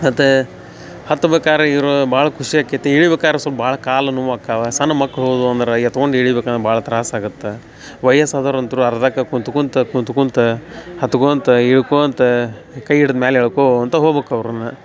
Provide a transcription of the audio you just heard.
ಮತ್ತು ಹತ್ಬೇಕಾರೆ ಇರೋ ಭಾಳ ಖುಷಿ ಆಕೈತಿ ಇಳಿಬೇಕಾರೆ ಸ್ವಲ್ಪ ಭಾಳ ಕಾಲು ನೋವು ಆಕ್ಕಾವ ಸಣ್ ಮಕ್ಳು ಹೋದವು ಅಂದ್ರೆ ಎತ್ಕೊಂಡ್ ಇಳಿಬೇಕಂದ್ರೆ ಭಾಳ ತ್ರಾಸು ಆಗತ್ತೆ ವಯಸ್ಸಾದವ್ರಂತೂ ಅರ್ಧಕ್ಕೆ ಕುಂತು ಕುಂತು ಕುಂತು ಕುಂತು ಹತ್ಕೊಂತ ಇಳ್ಕೋತ ಕೈ ಹಿಡ್ದು ಮ್ಯಾಲೆ ಎಳ್ಕೋತ ಹೋಬಕ್ ಅವರನ್ನ